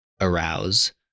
arouse